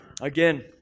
Again